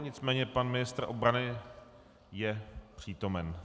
Nicméně pan ministr obrany je přítomen.